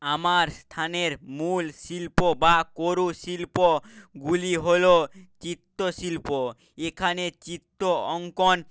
আমার স্থানের মূল শিল্প বা কারুশিল্প গুলি হল চিত্রশিল্প এখানে চিত্র অঙ্কন